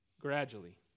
gradually